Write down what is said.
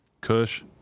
Kush